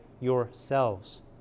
yourselves